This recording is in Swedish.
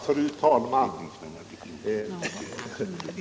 Fru talman!